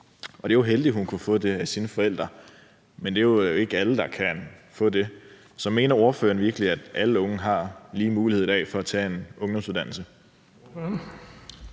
Det er jo heldigt, at hun kunne få det af sine forældre, men det er jo ikke alle, der kan få det. Så mener ordføreren virkelig, at alle unge har lige muligheder i dag for at tage en ungdomsuddannelse?